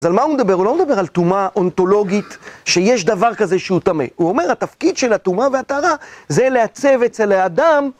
אז על מה הוא מדבר? הוא לא מדבר על טומעה אונתולוגית, שיש דבר כזה שהוא טמא. הוא אומר, התפקיד של הטומעה והטהרה זה לעצב אצל האדם...